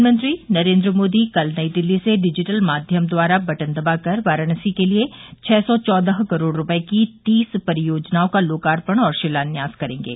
प्रधानमंत्री नरेंद्र मोदी कल नई दिल्ली से डिजिटल माध्यम द्वारा बटन दबाकर वाराणसी के लिए छः सौ चौदह करोड़ रूपये की तीस परियोजनाओं का लोकार्पण व शिलान्यास करेंगे